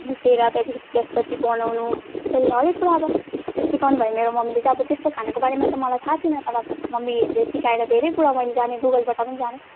मुसेर त्यहाँदेखि त्यसपछि बनाउनु यसरी हरेक कुरा अब सिकाउनु भयो मेरो मम्मीले चाहिँ अब त्यस्तो खानाको बारेमा चाहिँ मलाई थाहा थिएन तर मम्मीहरूले सिकाएर धेरै कुरा मैले जानेँ गुगलबाट पनि जानेँ अहिले